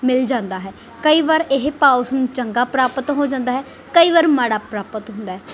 ਮਿਲ ਜਾਂਦਾ ਹੈ ਕਈ ਵਾਰ ਇਹ ਭਾਅ ਉਸਨੂੰ ਚੰਗਾ ਪ੍ਰਾਪਤ ਹੋ ਜਾਂਦਾ ਹੈ ਕਈ ਵਾਰ ਮਾੜਾ ਪ੍ਰਾਪਤ ਹੁੰਦਾ ਐ